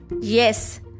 Yes